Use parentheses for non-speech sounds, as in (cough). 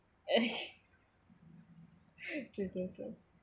(laughs) okay true true